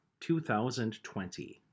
2020